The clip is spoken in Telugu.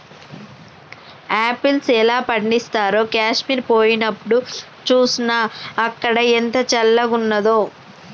ఆపిల్స్ ఎలా పండిస్తారో కాశ్మీర్ పోయినప్డు చూస్నా, అక్కడ ఎంత చల్లంగున్నాదో